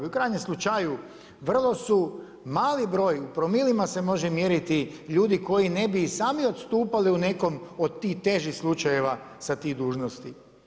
U krajnjem slučaju, vrlo su mali broj u promilima se može mjeriti ljudi koji ne bi i sami odstupali u nekom od tih težih slučajeva sa tih dužnosti.